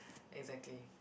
exactly